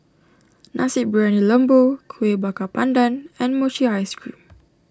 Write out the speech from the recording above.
Nasi Briyani Lembu Kueh Bakar Pandan and Mochi Ice Cream